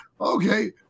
okay